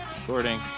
Recording